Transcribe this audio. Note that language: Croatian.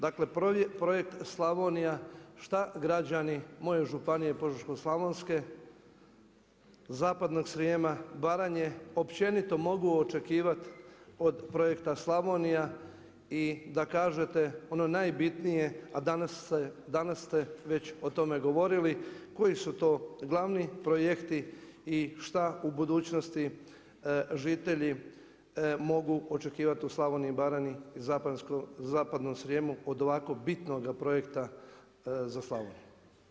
Dakle, projekt Slavonija šta građani moje županije Požeško-slavonske, Zapadnog Srijema, Baranje općenito mogu očekivati od Projekta Slavonija i da kažete ono najbitnije, a danas ste već o tome govorili koji su to glavni projekti i šta u budućnosti žitelji mogu očekivati u Slavoniji i Baranji i Zapadnom Srijemu od ovako bitnoga projekta za Slavoniju.